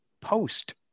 post